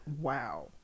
Wow